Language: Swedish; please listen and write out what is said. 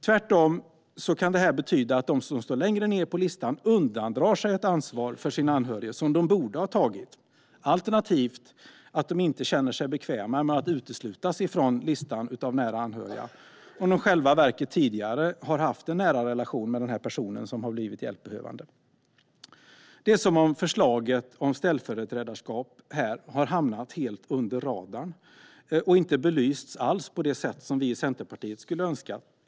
Det kan leda till att de som står längre ned på listan undandrar sig ett ansvar för sin anhörige som de borde ha tagit, alternativt att de inte känner sig bekväma med att uteslutas från listan över nära anhöriga, om de i själva verket tidigare haft en nära relation med den person som blivit hjälpbehövande. Det är som om förslaget om ställföreträdarskap hamnat helt under radarn och inte alls belysts på det sätt som vi i Centerpartiet skulle önska.